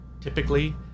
typically